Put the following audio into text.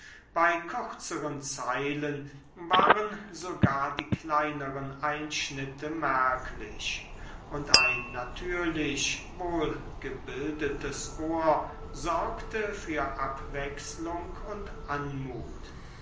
bei kürzeren zeilen waren sogar die kleineren einschnitte merklich und ein natürlich wohlgebildetes ohr sorgte für abwechselung und anmut